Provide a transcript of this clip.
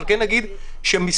אבל כן נגיד שמסתבר